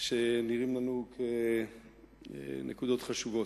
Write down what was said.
שנראות לנו נקודות חשובות.